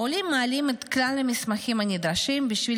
העולים מעלים את כלל המסמכים הנדרשים בשביל